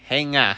heng ah